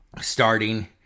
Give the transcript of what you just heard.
starting